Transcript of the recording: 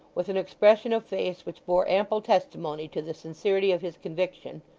with an expression of face which bore ample testimony to the sincerity of his conviction,